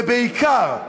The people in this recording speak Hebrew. ובעיקר,